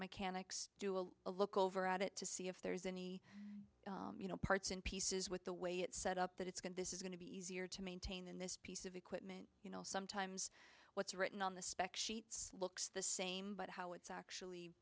mechanics do a look over at it to see if there's any you know parts and pieces with the way it's set up that it's going to is going to be easier to maintain and this piece of it you know sometimes what's written on the spec sheets looks the same but how it's actually